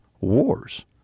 Wars